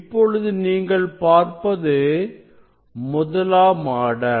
இப்பொழுது நீங்கள் பார்ப்பது முதலாம் ஆர்டர்